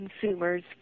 consumers